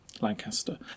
Lancaster